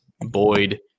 Boyd